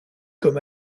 comme